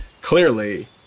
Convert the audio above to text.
clearly